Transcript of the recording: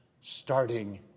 starting